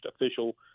official